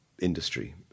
industry